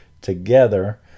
together